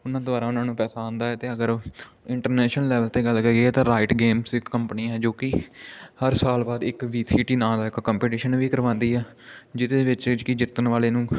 ਉਹਨਾਂ ਦੁਆਰਾ ਉਹਨਾਂ ਨੂੰ ਪੈਸਾ ਆਉਂਦਾ ਹੈ ਅਤੇ ਅਗਰ ਇੰਟਰਨੈਸ਼ਨਲ ਲੈਵਲ 'ਤੇ ਗੱਲ ਕਰੀਏ ਤਾਂ ਰਾਈਟ ਗੇਮਸ ਇੱਕ ਕੰਪਨੀ ਹੈ ਜੋ ਕਿ ਹਰ ਸਾਲ ਬਾਅਦ ਇੱਕ ਵੀ ਸੀ ਟੀ ਨਾਂ ਦਾ ਇੱਕ ਕੰਪਟੀਸ਼ਨ ਵੀ ਕਰਵਾਉਂਦੀ ਆ ਜਿਹਦੇ ਵਿੱਚ ਕਿ ਜਿੱਤਣ ਵਾਲੇ ਨੂੰ